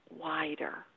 wider